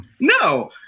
No